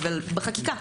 אבל בחקיקה.